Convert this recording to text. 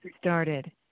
started